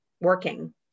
working